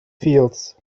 fields